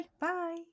Bye